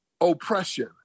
oppression